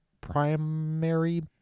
primary